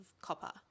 copper